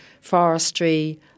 forestry